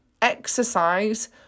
Exercise